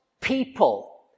people